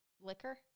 liquor